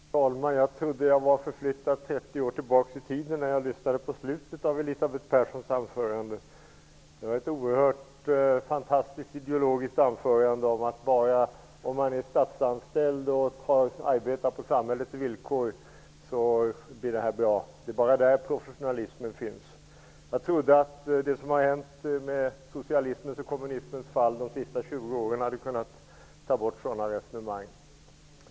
Herr talman! Jag trodde att jag var förflyttad 30 år tillbaka i tiden när jag lyssnade på avslutningen av Elisabeth Perssons anförande. Det var ett fantastiskt ideologiskt anförande som gick ut på att allt blir bra om man är statsanställd och arbetar på samhällets villkor och att det endast är där som professionalismen finns. Jag trodde att det som hänt genom socialismens och kommunismens fall under de senaste 20 åren skulle motverkat sådana resonemang.